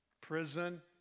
Prison